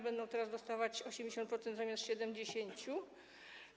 Będą teraz dostawać 80% zamiast 70.